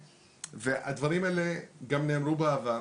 הדברים האלה גם נאמרו בעבר